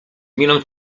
miną